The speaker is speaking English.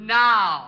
now